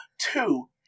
Two